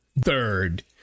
third